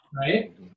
right